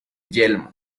yelmo